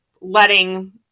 letting